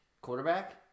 Quarterback